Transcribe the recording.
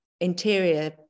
interior